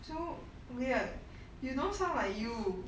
so weird you don't sound like you